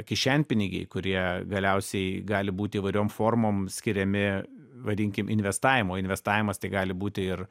kišenpinigiai kurie galiausiai gali būti įvairiom formom skiriami vadinkim investavimo investavimas tai gali būti ir